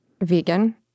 vegan